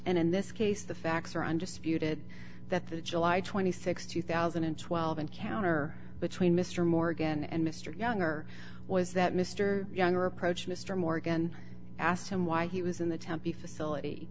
and in this case the facts are on just feuded that the july th two thousand and twelve encounter between mr morgan and mr young or was that mr younger approach mr morgan asked him why he was in the tempe facility